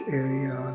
area